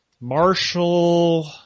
Marshall